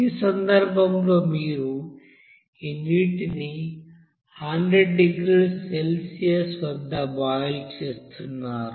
ఈ సందర్భంలో మీరు ఈ నీటిని 100 డిగ్రీల సెల్సియస్ వద్ద బాయిల్ చేస్తున్నారు